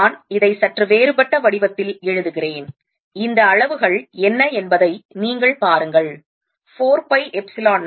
நான் இதை சற்று வேறுபட்ட வடிவத்தில் எழுதுகிறேன் இந்த அளவுகள் என்ன என்பதை நீங்கள் பாருங்கள் 4 பை எப்சிலோன் 0